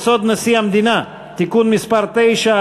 אני קובע כי הצעת חוק יסודות התקציב (תיקון מס' 43,